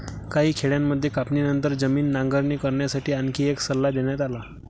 काही खेड्यांमध्ये कापणीनंतर जमीन नांगरणी करण्यासाठी आणखी एक सल्ला देण्यात आला